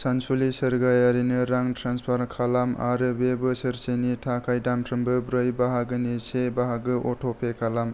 सानसुलि सोरगियारिनो रां ट्रेन्सफार खालाम आरो बे बोसोरसेनि थाखाय दानफ्रोमबो ब्रै बाहागोनि से बाहागो अट'पे खालाम